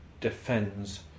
defends